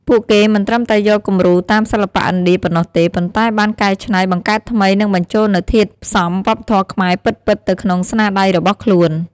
ពួកគេមិនត្រឹមតែយកគំរូតាមសិល្បៈឥណ្ឌាប៉ុណ្ណោះទេ ប៉ុន្តែបានកែច្នៃ បង្កើតថ្មី និងបញ្ចូលនូវធាតុផ្សំវប្បធម៌ខ្មែរពិតៗទៅក្នុងស្នាដៃរបស់ខ្លួន។